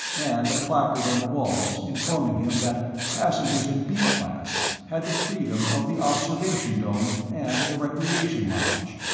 and a placard on the walls informing him that passengers in b class had the freedom of the observation dome and the recreation lounge.